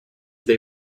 they